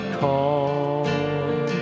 call